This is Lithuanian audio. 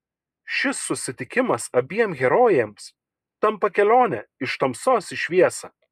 šis susitikimas abiem herojėms tampa kelione iš tamsos į šviesą